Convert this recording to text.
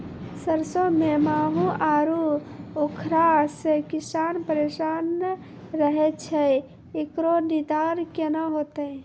सरसों मे माहू आरु उखरा से किसान परेशान रहैय छैय, इकरो निदान केना होते?